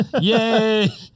Yay